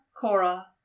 Cora